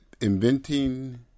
inventing